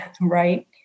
right